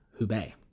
Hubei